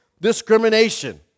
discrimination